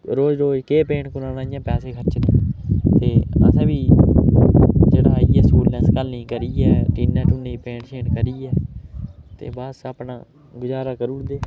रोज़ रोज़ केह् पेंट करोआना इ'यां पैसे खरचने ते असें बी जेह्ड़ा इ'यै स्कूलें स्कालें गी करियै टीनें 'टूनें गी पेंट शेंट करियै ते बस अपना गुजारा करी ओड़दे